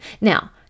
Now